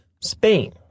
Spain